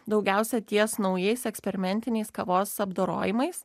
daugiausia ties naujais eksperimentiniais kavos apdorojimas